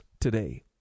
today